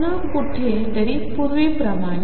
पुन्हा कुठे पूर्वीप्रमाणे